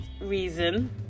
reason